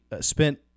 spent